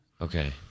Okay